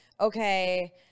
okay